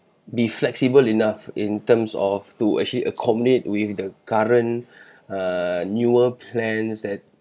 be flexible enough in terms of to actually accomodate with the current uh newer plans that